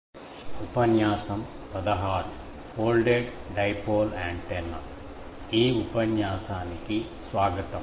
ఈ ఉపన్యాసానికి స్వాగతం